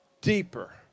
Deeper